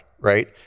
right